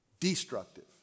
destructive